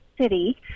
city